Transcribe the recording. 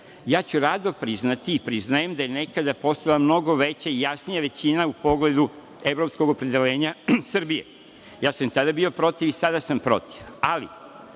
Rado ću priznati i priznajem da je nekada postojala mnogo veća i jasnija većina u pogledu evropskog opredeljenja Srbije. Ja sam i tada bio protiv i sada sam protiv,